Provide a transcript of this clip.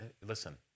Listen